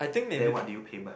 then what do you pay by